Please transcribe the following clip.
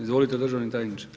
Izvolite državni tajniče.